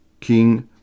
king